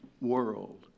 world